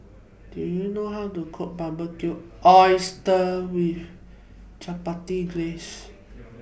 Do YOU know How to Cook Barbecued Oysters with Chipotle Glaze